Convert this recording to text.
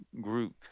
group